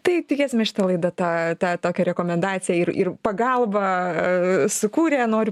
tai tikėsimės šita laida tą tą tokią rekomendaciją ir ir pagalbą a sukūrė noriu